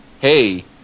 hey